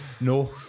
No